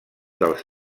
dels